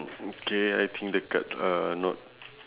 okay I think the card are not